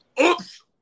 oops